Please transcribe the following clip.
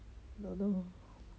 don't know